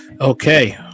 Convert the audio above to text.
okay